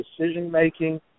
decision-making